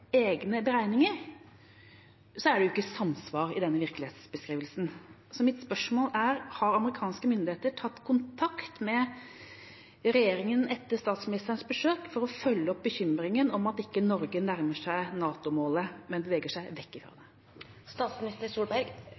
egne beregninger, er det jo ikke samsvar i denne virkelighetsbeskrivelsen. Mitt spørsmål er: Har amerikanske myndigheter tatt kontakt med regjeringa etter statsministerens besøk for å følge opp bekymringen over at Norge ikke nærmer seg NATO-målet, men beveger seg vekk fra det?